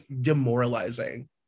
demoralizing